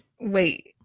Wait